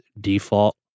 default